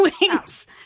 Wings